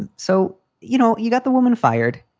and so, you know, you got the woman fired.